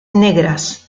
negras